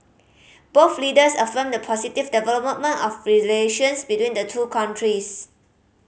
both leaders affirmed the positive development of relations between the two countries